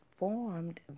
formed